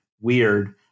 weird